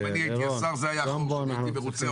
אם אני הייתי השר זה היה החור שהייתי מרוצה,